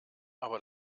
aber